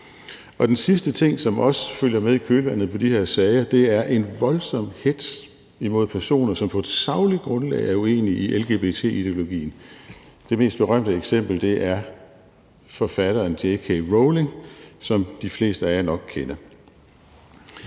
Den sidste ting, som også følger med i kølvandet på de her sager, er en voldsom hetz imod personer, som på et sagligt grundlag er uenige i lgbt-ideologien. Det mest berømte eksempel er forfatteren J.K. Rowling, som de fleste af jer nok kender.